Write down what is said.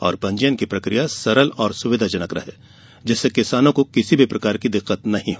और पंजीयन की प्रक्रिया सरल और सुविधाजनक रहे जिससे किसानों को किसी भी प्रकार की दिक्कत नहीं हो